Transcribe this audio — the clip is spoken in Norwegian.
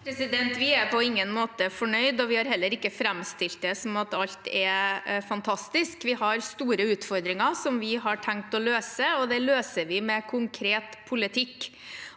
Vi er på ingen måte fornøyd, og vi har heller ikke framstilt det som at alt er fantastisk. Vi har store utfordringer som vi har tenkt å løse, og det løser vi med konkret politikk.